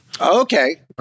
Okay